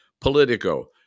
Politico